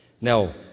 Now